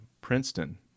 Princeton